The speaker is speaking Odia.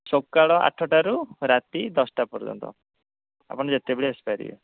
ସକାଳ ଆଠଟାରୁ ରାତି ଦଶଟା ପର୍ଯ୍ୟନ୍ତ ଆପଣ ଯେତେବେଳେ ଆସି ପାରିବେ